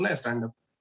stand-up